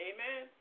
Amen